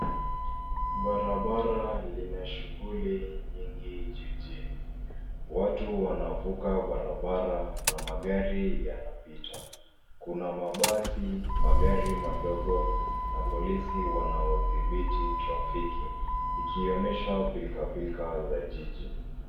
Barabara lina shughuli nyingi jijini. Watu wanavuka barabara na magari yanapita, kuna mabasi, magari madogo na polisi wanaodhiiti trafiki ikionyesha pilkapilka za jiji.